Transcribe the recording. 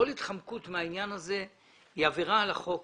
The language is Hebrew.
כל התחמקות מהעניין הזה היא עבירה על החוק.